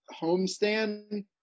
homestand